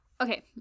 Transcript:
Okay